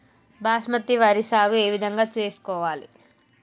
బాస్మతి వరి సాగు ఏ విధంగా చేసుకోవాలి?